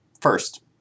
First